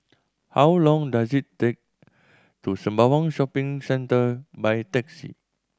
how long does it take to Sembawang Shopping Centre by taxi